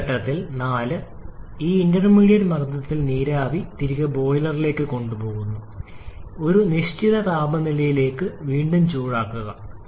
ഈ ഘട്ടത്തിൽ 4 ഈ ഇന്റർമീഡിയറ്റ് മർദ്ദത്തിൽ നീരാവി തിരികെ ബോയിലറിലേക്ക് കൊണ്ടുപോകുന്നു ഒരു നിശ്ചിത താപനിലയിലേക്ക് വീണ്ടും ചൂടാക്കുക